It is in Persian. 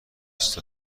بیست